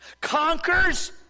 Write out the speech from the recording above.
Conquers